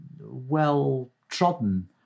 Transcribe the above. well-trodden